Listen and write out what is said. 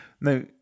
No